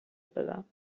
دادم